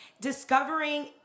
discovering